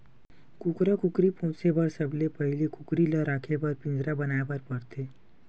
कुकरा कुकरी पोसे बर सबले पहिली कुकरी ल राखे बर पिंजरा बनाए बर परथे